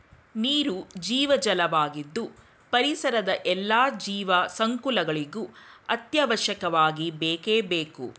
ನೀರು ಜೀವಜಲ ವಾಗಿದ್ದು ಪರಿಸರದ ಎಲ್ಲಾ ಜೀವ ಸಂಕುಲಗಳಿಗೂ ಅತ್ಯವಶ್ಯಕವಾಗಿ ಬೇಕೇ ಬೇಕು